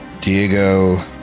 Diego